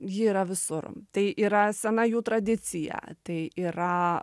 ji yra visur tai yra sena jų tradicija tai yra